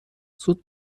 زود